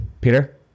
Peter